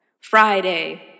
Friday